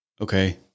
Okay